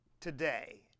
today